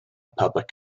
public